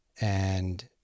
And-